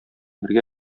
бергә